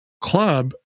club